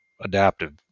adaptive